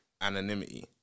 anonymity